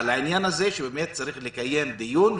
על העניין הזה שבאמת צריך לקיים דיון.